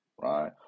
right